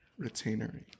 Retainery